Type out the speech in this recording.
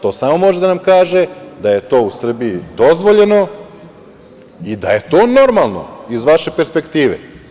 To samo može da nam kaže da je to u Srbiji dozvoljeno i da je to normalno iz vaše perspektive.